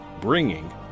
bringing